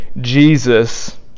Jesus